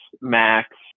max